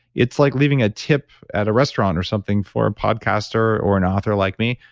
it's like leaving a tip at a restaurant or something for a podcaster or an author like me,